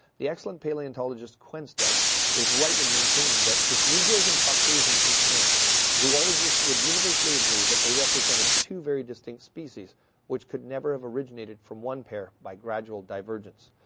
the excellent paleontologist quenstedt is right in maintaining that if negroes and caucasians were snails, zoologist would universally agree that they represented two two very distinct species which could never have originated from one pair by gradual divergence.